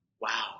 Wow